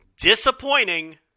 Disappointing